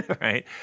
Right